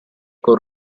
con